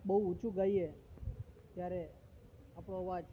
બહુ ઊંચું ગાઈએ ત્યારે આપણો અવાજ